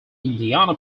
indiana